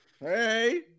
Hey